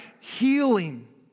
Healing